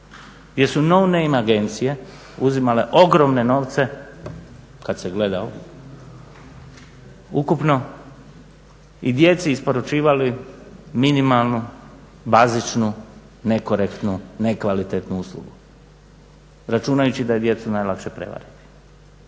gdje su no nama agencije uzimale ogromne novce kada se gleda ukupno i djeci isporučivali minimalnu, bazičnu, nekorektnu, nekvalitetnu uslugu, računajući da je djecu najlakše prevariti.